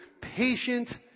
patient